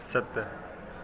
सत